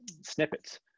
snippets